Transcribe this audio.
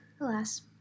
alas